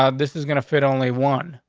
ah this is gonna fit only one.